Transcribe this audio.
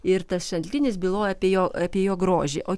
ir tas šaltinis byloja apie jo apie jo grožį o